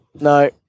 No